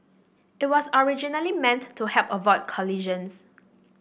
it was originally meant to help avoid collisions